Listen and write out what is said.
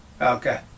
Okay